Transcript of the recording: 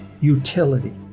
utility